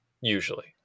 usually